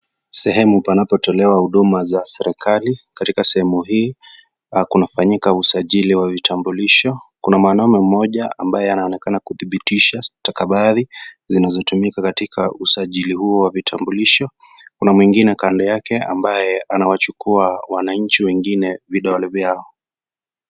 Sehemu panapotolewa huduma za serikali, katika sehemu hii kunafanyika usajili wa vitambulisho kuna mwanaume mmoja ambaye anaonekana kuthibitisha stakabadhi zinazotumika katika usajili huu wa vitambulisho, kuna mwingine kando yake ambaye anawachukua wananchi wengine vidole vyao.